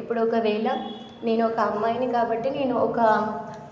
ఇప్పుడు ఒకవేళ నేను ఒక అమ్మాయిని కాబట్టి నేను ఒక